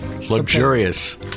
Luxurious